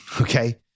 okay